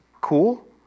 cool